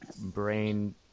brain